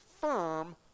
firm